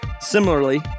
Similarly